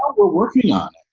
we're working on,